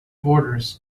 borders